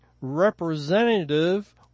representative